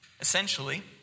essentially